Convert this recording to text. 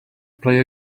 play